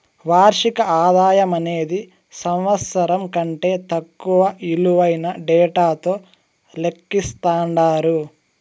వార్షిక ఆదాయమనేది సంవత్సరం కంటే తక్కువ ఇలువైన డేటాతో లెక్కిస్తండారు